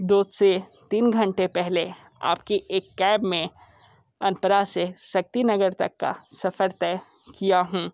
दो से तीन घंटे पहले आप की एक कैब में अंतरा से शक्ति नगर तक का सफ़र तय किया हूँ